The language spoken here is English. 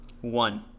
one